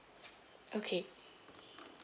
okay